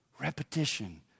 repetition